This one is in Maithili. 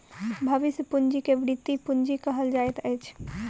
भविष्य पूंजी के वृति पूंजी कहल जाइत अछि